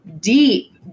deep